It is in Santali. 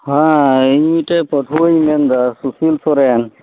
ᱦᱮᱸ ᱤᱧ ᱢᱤᱫᱴᱮᱱ ᱯᱟᱹᱴᱷᱩᱣᱟᱹᱧ ᱢᱮᱱᱫᱟ ᱥᱩᱥᱤᱞ ᱥᱚᱨᱮᱱ